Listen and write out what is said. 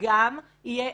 גם יהיה